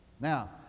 Now